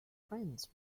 friends